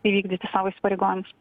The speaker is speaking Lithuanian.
įvykdyti savo įsipareigojimus